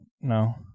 No